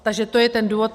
Takže to je ten důvod.